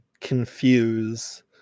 Confuse